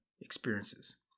experiences